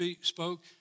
spoke